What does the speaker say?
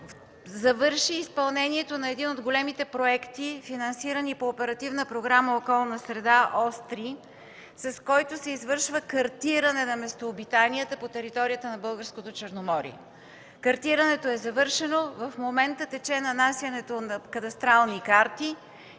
завърши изпълнението на един от големите проекти, финансирани по Оперативна програма „Околна среда” – ос 3, с който се извършва картиране на местообитанията по територията на българското Черноморие. Картирането е завършено. В момента тече нанасянето на кадастрални карти